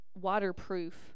waterproof